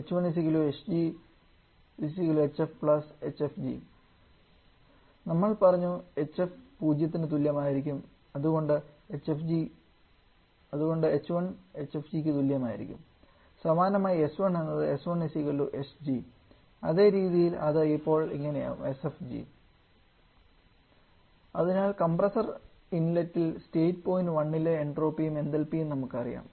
h1 hg hf hfg|TE നമ്മൾ പറഞ്ഞു hf പൂജ്യത്തിന് തുല്യമായിരിക്കും അതുകൊണ്ട് hfg|TE സമാനമായി s1 എന്നത് s1 sg അതേ രീതിയിൽ അത് ഇപ്പോൾ ഇങ്ങനെയാവും sfg|TE അതിനാൽ കംപ്രസ്സർ ഇൻലെറ്റിൽ സ്റ്റേറ്റ് പോയിൻറ് 1 ലെ എൻട്രോപ്പിയും എന്തൽപിയും നമുക്കറിയാം